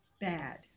bad